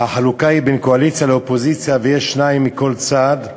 החלוקה היא בין קואליציה לאופוזיציה ויש שניים מכל צד.